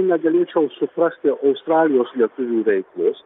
negalėčiau suprasti australijos lietuvių veiklos